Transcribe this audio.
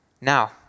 now